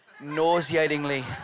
nauseatingly